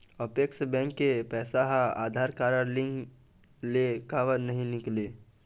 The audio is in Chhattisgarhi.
अपेक्स बैंक के पैसा हा आधार कारड लिंक ले काबर नहीं निकले?